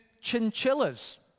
chinchillas